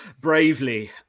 bravely